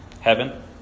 Heaven